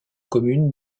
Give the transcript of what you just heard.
commune